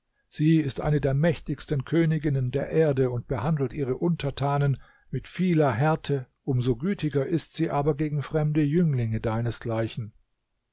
sie ist eine der mächtigsten königinnen der erde und behandelt ihre untertanen mit vieler härte um so gütiger ist sie aber gegen fremde jünglinge